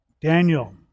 Daniel